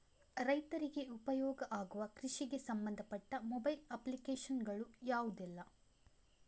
ರೈತರಿಗೆ ಉಪಯೋಗ ಆಗುವ ಕೃಷಿಗೆ ಸಂಬಂಧಪಟ್ಟ ಮೊಬೈಲ್ ಅಪ್ಲಿಕೇಶನ್ ಗಳು ಯಾವುದೆಲ್ಲ?